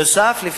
נוסף על זה,